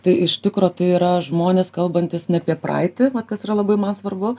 tai iš tikro tai yra žmonės kalbantys ne apie praeitį vat kas yra labai man svarbu